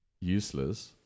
useless